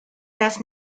las